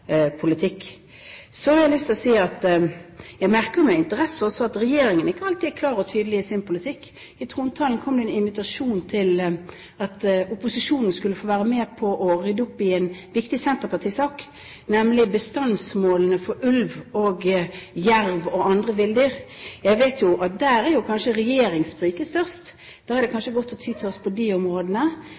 politikk. Så har jeg lyst til å si at jeg merker meg med interesse også at regjeringen alltid er klar og tydelig i sin politikk. I trontalen kom det en invitasjon til opposisjonen om å være med på å rydde opp i en viktig senterpartisak, nemlig bestandsmålene for ulv og jerv og andre villdyr. Jeg vet at der er kanskje regjeringsspriket størst. Da er det kanskje godt å ty til oss på de områdene.